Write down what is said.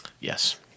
Yes